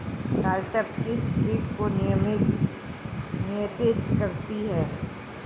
Cartap किस किट को नियंत्रित करती है?